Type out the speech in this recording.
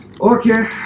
Okay